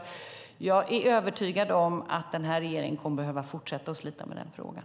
Jag är övertygad om att den här regeringen kommer att behöva fortsätta att slita med den frågan.